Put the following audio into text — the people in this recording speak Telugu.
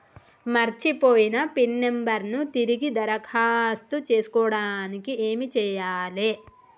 మర్చిపోయిన పిన్ నంబర్ ను తిరిగి దరఖాస్తు చేసుకోవడానికి ఏమి చేయాలే?